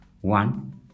one